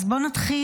אז בואו נתחיל,